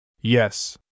Yes